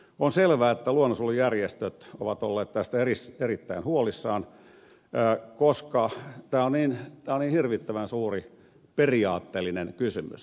on selvää että luonnonsuojelujärjestöt ovat olleet tästä erittäin huolissaan koska tämä on niin hirvittävän suuri periaatteellinen kysymys